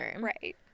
right